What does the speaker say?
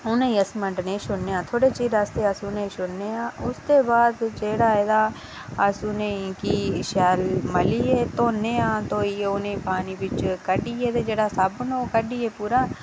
ते उनेंगी थोह्ड़े नेह् मिंट छुड़ने आं उसदे बाद जेह्ड़ा ऐ तां अस उनेंगी शैल मलियै धोने ते धोइयै ओह्दे बिच्चा ते ओह् साबुन कड्ढियै पूरा